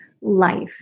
life